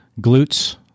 glutes